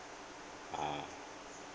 ah